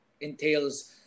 entails